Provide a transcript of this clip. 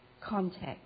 context